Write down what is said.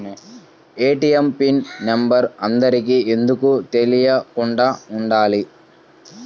ATM pin number అందరికి ఎందుకు తెలియకుండా ఉండాలి?